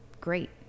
great